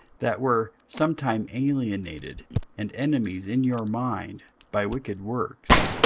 that were sometime alienated and enemies in your mind by wicked works,